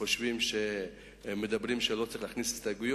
וחושבים שכאילו אומרים שלא צריך להכניס הסתייגויות.